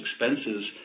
expenses